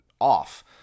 off